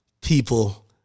people